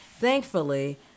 Thankfully